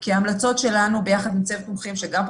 כי ההמלצות שלנו, יחד עם צוות מומחים שגם פרופ'